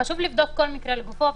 חשוב לבדוק כל מקרה לגופו.